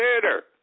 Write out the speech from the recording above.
theater